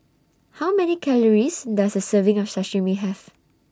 How Many Calories Does A Serving of Sashimi Have